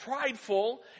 prideful